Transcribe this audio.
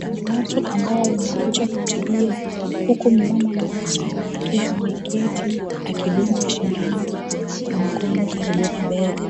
Kuna watu ambao wamekuja kutibiwa huku mmama mmoja akiwa ameketi akidungwa sindano kwa mkono karibu na bega.